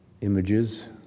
images